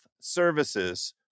Services